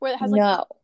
No